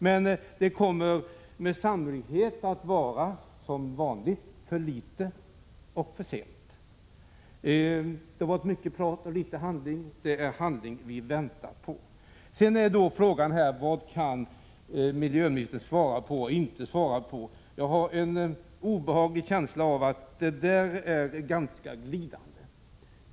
Men det kommer sannolikt att vara som vanligt — för litet och för sent. Det har varit mycket prat och litet handling. Det är handling vi väntar på. Sedan är frågan vad miljöministern kan svara på och inte svara på. Jag har en obehaglig känsla av att detta är ganska glidande.